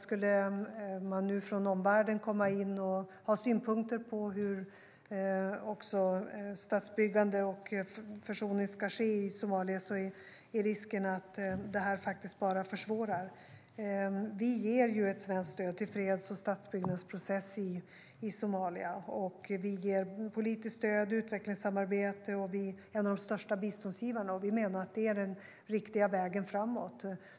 Skulle man nu från omvärlden komma med synpunkter på hur statsbyggande och försoning ska ske i Somalia finns risken att det faktiskt bara försvårar. Vi ger ett svenskt stöd till freds och statsbyggnadsprocessen i Somalia. Vi ger politiskt stöd och utvecklingssamarbete, och vi är en av de största biståndsgivarna. Vi menar att det är den riktiga vägen framåt.